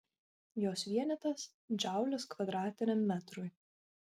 jos vienetas džaulis kvadratiniam metrui